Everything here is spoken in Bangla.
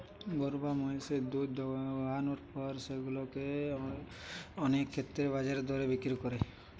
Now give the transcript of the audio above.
গরু বা মহিষের দুধ দোহানোর পর সেগুলা কে অনেক ক্ষেত্রেই বাজার দরে বিক্রি করে